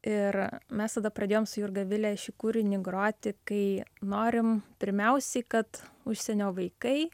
ir mes tada pradėjom su jurga vile šį kūrinį groti kai norim pirmiausiai kad užsienio vaikai